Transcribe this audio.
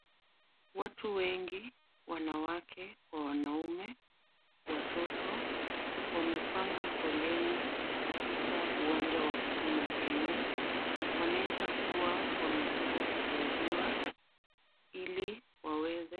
Watu wengi wanawake kwa wanaume, watoto. Wamepanga foleni katika uwanja wa huduma Kenya. Wanaweza kuwa wamekuja kusaidiwa ili waweze....